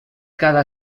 cada